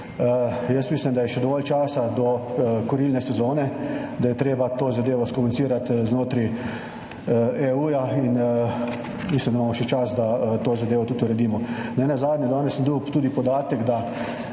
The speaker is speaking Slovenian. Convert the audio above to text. Jaz mislim, da je še dovolj časa do kurilne sezone, da je treba to zadevo skomunicirati znotraj EU in mislim, da imamo še čas, da to zadevo tudi uredimo. Nenazadnje, danes sem dobil tudi podatek, če